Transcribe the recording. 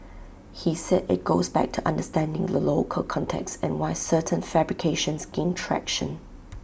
he said IT goes back to understanding the local context and why certain fabrications gain traction